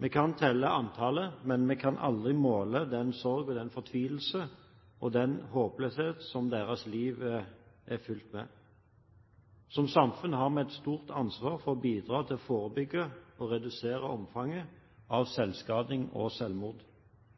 Vi kan telle antallet, men vi kan aldri måle den sorg, den fortvilelse og den håpløshet som deres liv er fylt med. Som samfunn har vi et stort ansvar for å bidra til å forebygge og redusere omfanget av selvskading og